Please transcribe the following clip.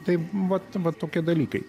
taip vat vat tokie dalykai